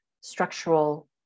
structural